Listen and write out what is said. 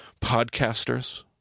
podcasters